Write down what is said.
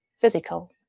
physical